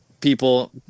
people